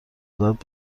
قدرت